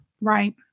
Right